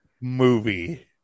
movie